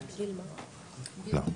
לא.